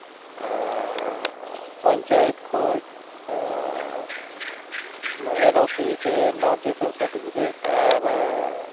ᱯᱚᱧᱪᱟᱭᱮᱛ ᱠᱷᱚᱱ N O C ᱥᱮ no objection certificate ᱟᱨ